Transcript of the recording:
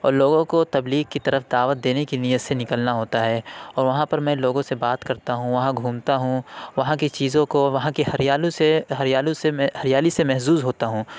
اور لوگوں کو تبلیغ کی طرف دعوت دینے کی نیت سے نکلنا ہوتا ہے اور وہاں پر میں لوگوں سے بات کرتا ہوں وہاں گھومتا ہوں وہاں کی چیزوں کو وہاں کی ہریالی سے ہریالی سے میں ہریالی سے محظوظ ہوتا ہوں